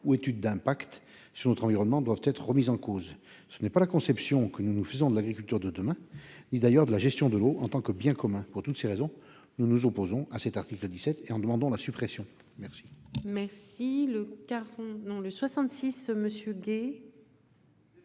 de ces projets sur notre environnement, doivent être remis en cause. Ce n'est pas la conception que nous avons de l'agriculture de demain ni d'ailleurs de la gestion de l'eau en tant que bien commun. Pour toutes ces raisons, nous nous opposons à l'article 17 et en demandons la suppression. La